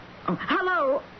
Hello